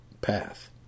path